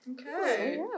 Okay